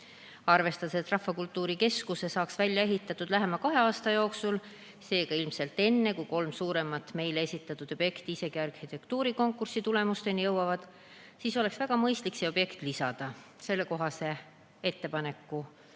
Selle rahvakultuurikeskuse saaks valmis ehitada lähima kahe aasta jooksul, seega ilmselt enne, kui kolm suuremat meile esitatud objekti isegi arhitektuurikonkursi tulemusteni jõuavad. Seda arvestades oleks väga mõistlik see objekt lisada ja sellekohase ettepaneku